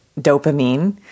dopamine